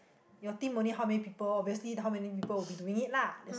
your team only how many people obviously how many people will be doing it lah